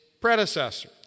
predecessor